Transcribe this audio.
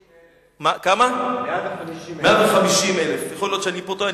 150,000. 150,000. יכול להיות שאני פה טועה.